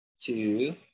two